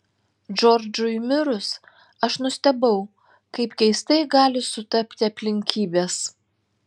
džordžui mirus aš nustebau kaip keistai gali sutapti aplinkybės